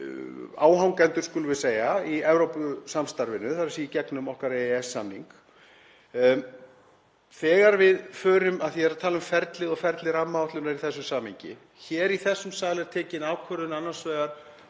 áhangendur, skulum við segja, í Evrópusamstarfinu, þ.e. í gegnum okkar EES-samning. Af því að ég er að tala um ferlið og ferli rammaáætlunar í þessu samhengi er hér í þessum sal tekin ákvörðun annars vegar